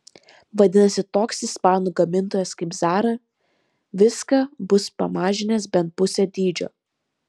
vadinasi toks ispanų gamintojas kaip zara viską bus pamažinęs bent pusę dydžio